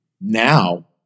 Now